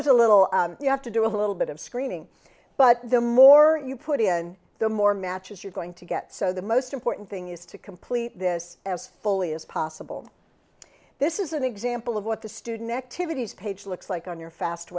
was a little you have to do a little bit of screening but the more you put in the more matches you're going to get so the most important thing is to complete this as fully as possible this is an example of what the student activities page looks like on your fast